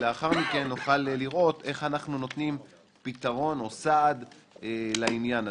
לאחר מכן נוכל לראות איך אנחנו נותנים פתרון או סעד לעניין הזה.